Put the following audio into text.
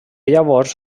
llavors